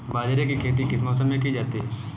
बाजरे की खेती किस मौसम में की जाती है?